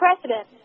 president